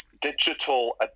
digital